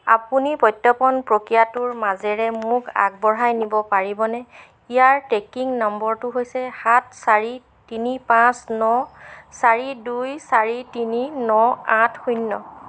আপুনি পত্যাপন প্ৰক্ৰিয়াৰ মাজেৰে মোক আগবঢ়াই নিব পাৰিবনে ইয়াৰ টেকিং নম্বৰটো হৈছে সাত চাৰি তিনি পাঁচ ন চাৰি দুই চাৰি তিনি ন আঠ শূন্য